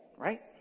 Right